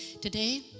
Today